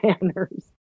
manners